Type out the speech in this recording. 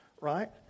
right